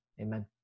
Amen